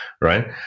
Right